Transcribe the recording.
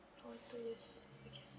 for two years okay